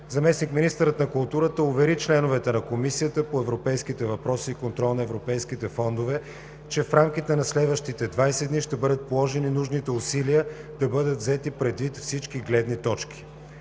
Заместник-министърът на културата увери членовете на Комисията по европейските въпроси и контрол на европейските фондове, че в рамките на следващите 20 дни ще бъдат положени нужните усилия да бъдат взети предвид всички гледни точки.